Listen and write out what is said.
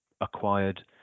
acquired